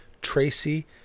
Tracy